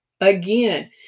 again